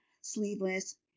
sleeveless